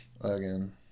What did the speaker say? Again